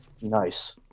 nice